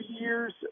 years